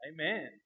Amen